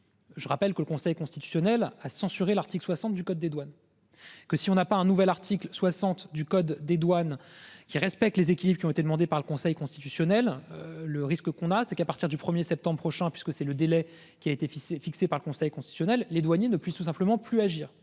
Je rappelle que le Conseil constitutionnel a censuré l'article 60 du code des douanes. Que si on n'a pas un nouvel article 60 du code des douanes qui respecte les équilibres qui ont été demandés par le Conseil constitutionnel. Le risque qu'on a, c'est qu'à partir du 1er septembre prochain, puisque c'est le délai qui a été fixé fixé par le Conseil constitutionnel. Les douaniers ne plus tout simplement plus agir